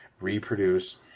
reproduce